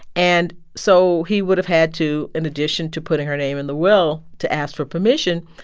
and so he would have had to, in addition to putting her name in the will to ask for permission,